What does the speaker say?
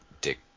Dick